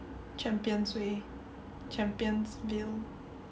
Champions Way ChampionsVille